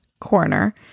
corner